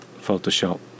Photoshop